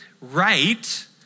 right